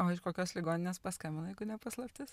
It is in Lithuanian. o iš kokios ligoninės paskambino jeigu ne paslaptis